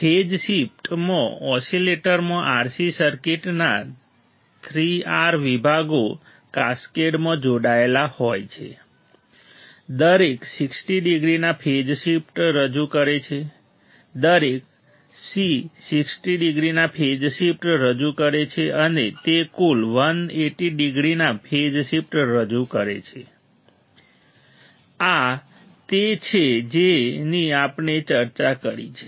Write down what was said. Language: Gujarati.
તેથી ફેઝ શિફ્ટમાં ઓસિલેટરમાં RC સર્કિટના 3 R વિભાગો કાસ્કેડમાં જોડાયેલા હોય છે દરેક 60 ડિગ્રીના ફેઝ શિફ્ટ રજૂ કરે છે દરેક C 60 ડિગ્રીના ફેઝ શિફ્ટ રજૂ કરે છે અને તે કુલ 180 ડિગ્રીના ફેઝ શિફ્ટ રજૂ કરે છે આ તે છે જેની આપણે ચર્ચા કરી છે